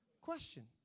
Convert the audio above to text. question